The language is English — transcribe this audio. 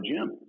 gym